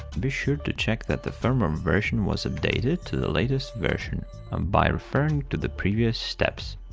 be sure to check that the firmware version was updated to the latest version um by referring to the previous steps.